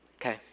okay